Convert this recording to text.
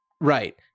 Right